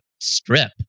strip